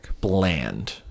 Bland